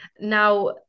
now